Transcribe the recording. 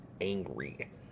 angry